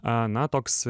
a na toks